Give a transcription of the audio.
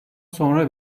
sonra